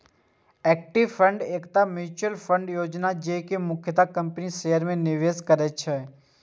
equity fund एकटा mutual fund योजना छियै, जे मुख्यतः कंपनीक शेयर मे निवेश करै छै